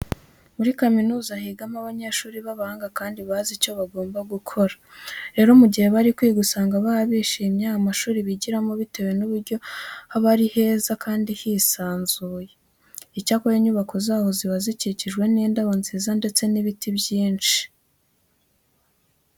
Muri kaminuza higamo abanyeshuri b'abahanga kandi bazi icyo bagomba gukora. Rero mu gihe bari kwiga usanga baba bishimiye amashuri bigiramo bitewe n'uburyo haba ari heza kandi hisanzuye. Icyakora inyubako zaho ziba zikikijwe n'indabo nziza ndetse n'ibiti byinshi.